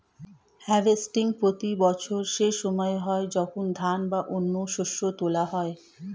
harvesting প্রতি বছর সেই সময় হয় যখন ধান বা অন্য শস্য তোলা হয়